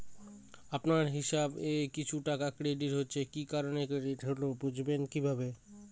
আপনার হিসাব এ কিছু টাকা ক্রেডিট হয়েছে কি কারণে ক্রেডিট হল বুঝবেন কিভাবে?